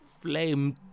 flame